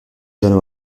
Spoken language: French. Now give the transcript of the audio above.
john